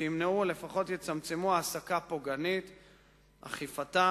שימנעו או לפחות יצמצמו העסקה פוגענית, אכיפתם,